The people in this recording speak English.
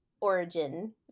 origin